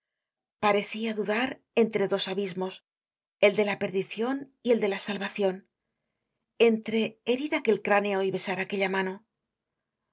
parecia dudar entre dos abismos el de la perdicion y el de la salvacion entre herir aquel cráneo y besar aquella mano